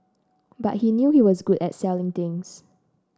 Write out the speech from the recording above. but he knew he was good at selling things